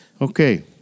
Okay